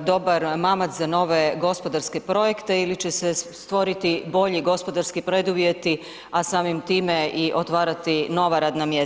dobar mamac za nove gospodarske projekte ili će se stvoriti bolji gospodarski preduvjeti, a samim time i otvarati nova radna mjesta.